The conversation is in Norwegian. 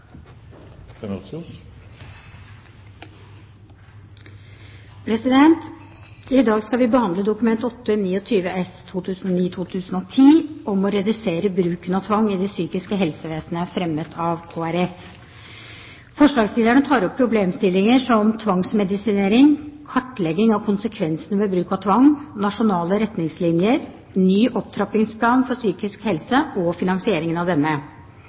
I dag skal vi behandle Dokument 8:29 S for 2009–2010, om å redusere bruken av tvang i det psykiske helsevesenet, fremmet av Kristelig Folkeparti. Forslagsstillerne tar opp problemstillinger som tvangsmedisinering, kartlegging av konsekvensene ved bruk av tvang, nasjonale retningslinjer, ny opptrappingsplan for psykisk helse og finansieringen av denne.